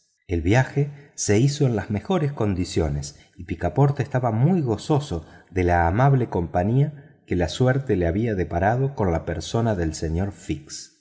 el viaje se hizo con las mejores condiciones y picaporte estaba muy gozoso de la amable compañía que la suerte le había deparado en la persona del señor fix